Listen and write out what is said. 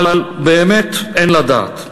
אבל באמת אין לדעת.